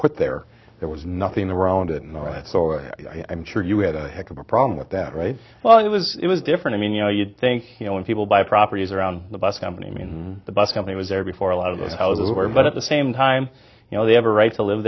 put there there was nothing the road in the right or i'm sure you had a heck of a problem with that right well it was it was different i mean you know you'd think you know when people buy properties around the bus company and the bus company was there before a lot of how they were but at the same time you know they have a right to live